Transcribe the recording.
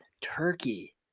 Turkey